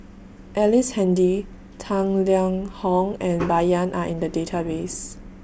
Ellice Handy Tang Liang Hong and Bai Yan Are in The Database